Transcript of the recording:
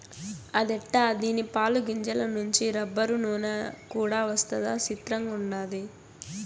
అదెట్టా దీని పాలు, గింజల నుంచి రబ్బరు, నూన కూడా వస్తదా సిత్రంగుండాది